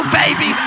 baby